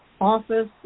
office